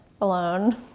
alone